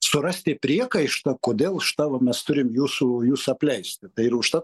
surasti priekaištą kodėl už tą va mes turim jūsų jus apleisti tai ir užtat